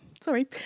sorry